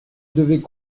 devait